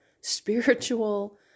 spiritual